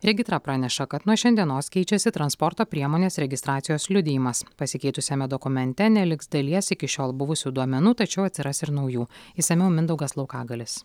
regitra praneša kad nuo šiandienos keičiasi transporto priemonės registracijos liudijimas pasikeitusiame dokumente neliks dalies iki šiol buvusių duomenų tačiau atsiras ir naujų išsamiau mindaugas laukagalius